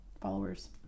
Followers